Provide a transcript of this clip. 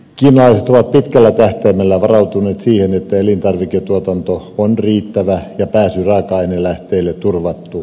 kiinalaiset ovat pitkällä tähtäimellä varautuneet siihen että elintarviketuotanto on riittävä ja pääsy raaka ainelähteille turvattu